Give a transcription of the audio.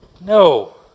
No